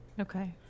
Okay